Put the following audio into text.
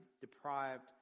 deprived